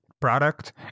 product